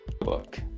Book